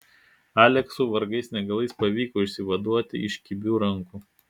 aleksui vargais negalais pavyko išsivaduoti iš kibių rankų